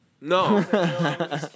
No